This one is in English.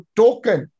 token